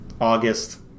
August